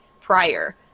prior